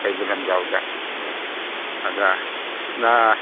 ꯀꯩꯕꯨꯜ ꯂꯝꯖꯥꯎꯗ ꯑꯗ ꯑꯥ